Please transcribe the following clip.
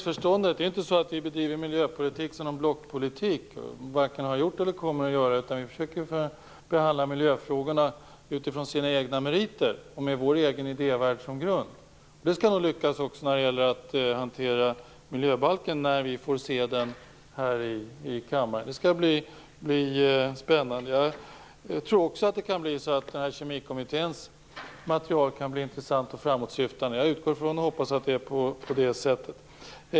Fru talman! Det är inte så att vi bedriver miljöpolitik som någon blockpolitik. Det har vi inte gjort och kommer inte att göra. Vi försöker att behandla miljöfrågorna utifrån deras egna meriter och med vår egen idévärld som grund. Det skall nog lyckas också när det gäller att hantera miljöbalken när vi får se den här i kammaren. Det skall bli spännande. Jag tror också att det kan bli så att Kemikommitténs material kan bli intressant och framåtsyftande. Jag utgår ifrån och hoppas att det är på det sättet.